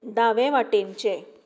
दावे वाटेनचें